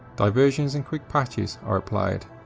diversions and quick patches are applied.